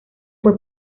fue